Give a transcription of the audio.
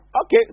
Okay